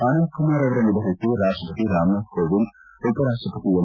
ಅನಂತಕುಮಾರ್ ಅವರ ನಿಧನಕ್ಕೆ ರಾಷ್ಟಪತಿ ರಾಮನಾಥ್ ಕೋವಿಂದ್ ಉಪರಾಷ್ಟಪತಿ ಎಂ